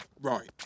Right